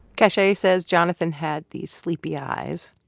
cache says jonathan had these sleepy eyes.